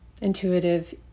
intuitive